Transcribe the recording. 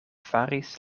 faris